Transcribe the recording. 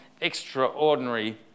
extraordinary